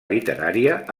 literària